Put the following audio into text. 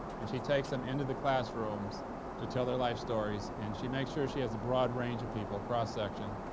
and she takes em into the classrooms to tell their life stories, and she makes sure she has a broad range of people, a cross section,